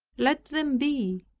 let them be,